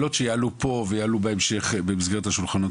השאלות שיעלו פה ויעלו בהמשך במסגרת השולחנות